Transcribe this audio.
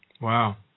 Wow